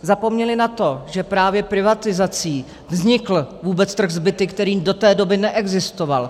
Zapomněli na to, že právě privatizací vznikl vůbec trh s byty, který do té doby neexistoval.